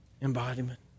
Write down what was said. embodiment